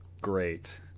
great